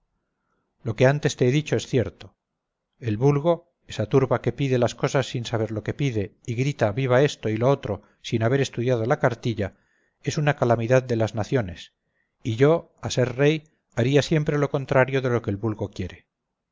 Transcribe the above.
lo que antes te he dicho es cierto el vulgo esa turba que pide las cosas sin saber lo que pide y grita viva esto y lo otro sin haber estudiado la cartilla es una calamidad de las naciones y yo a ser rey haría siempre lo contrario de lo que el vulgo quiere